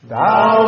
Thou